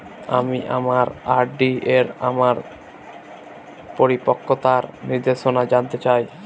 আমি আমার আর.ডি এর আমার পরিপক্কতার নির্দেশনা জানতে চাই